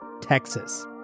Texas